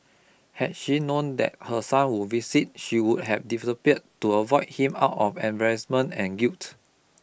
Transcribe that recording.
had she known that her son would visit she would have disappeared to avoid him out of embarrassment and guilt